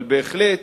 אבל בהחלט